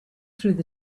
through